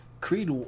Creed